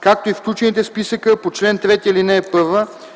както и включените в списъка по чл. 3, ал. 1